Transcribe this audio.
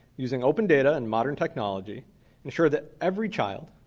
using open data and modern technology ensure that every child,